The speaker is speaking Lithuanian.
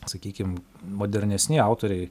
sakykim modernesni autoriai